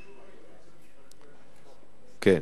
כן.